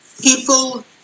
people